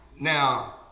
Now